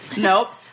Nope